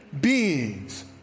beings